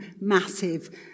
massive